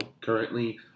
currently